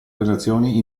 relazioni